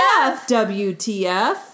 WTF